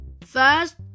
first